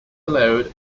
allowed